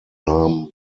namen